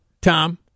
Tom